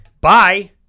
bye